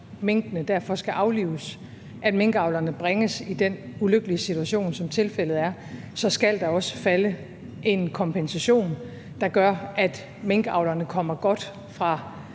minkene skal aflives, bringer minkavlerne i den ulykkelige situation, som tilfældet er, skal der også falde en kompensation, der gør, at minkavlerne kommer godt fra